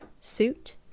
suit